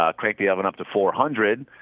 ah crank the oven up to four hundred